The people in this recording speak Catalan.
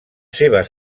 seves